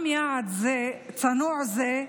גם יעד צנוע זה,